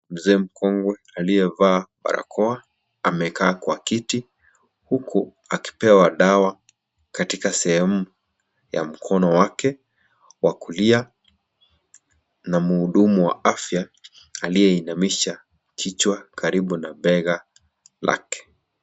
Mzee mkongwe aliyevaa barakoa amekaa kwa kiti huku akipewa dawa katika sehemu ya mkono wake wa kulia na muhudumu wa afya aliyeinamisha kichwa karibu na bega lake.